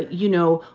you know,